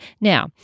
Now